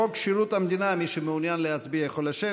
מי שמעוניין להצביע יכול לשבת.